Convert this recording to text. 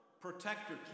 Protector